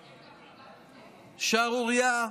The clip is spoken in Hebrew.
שערורייה.